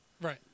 Right